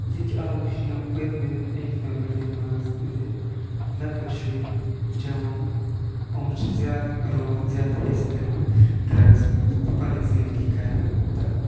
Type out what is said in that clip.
یہِ تہِ آو وٕچھنہٕ پتمٮ۪ن أکِس دۄن ؤریَن مَنٛز زٕ لۄکٕٹۍ شُرۍ جَوان یِم چھِ زیاد رول زیاد حِصہِ نِوان ڈرگس مَنٛز تہٕ پَنٕنۍ زِنٛدگی کَران تَباہ